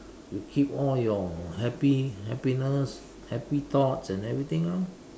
you keep all your happi~ happiness happy thoughts and everything orh